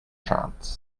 trance